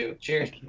Cheers